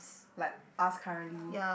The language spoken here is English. like us currently